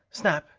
snap?